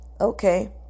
okay